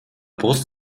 brust